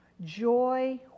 Joy